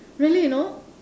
really you know